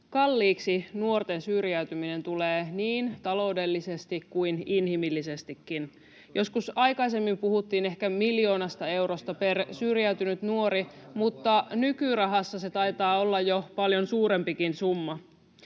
kalliiksi nuorten syrjäytyminen tulee niin taloudellisesti kuin inhimillisestikin. Joskus aikaisemmin puhuttiin ehkä miljoonasta eurosta per syrjäytynyt nuori, [Petri Huru: Pitäisi panostaa varhaisen vuorovaikutuksen